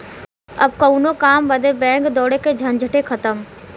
अब कउनो काम बदे बैंक दौड़े के झंझटे खतम